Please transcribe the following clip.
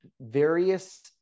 various